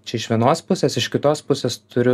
čia iš vienos pusės iš kitos pusės turiu